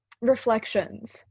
reflections